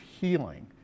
healing